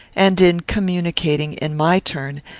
and in communicating, in my turn,